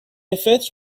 فطر